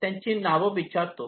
त्यांची नावे विचारतो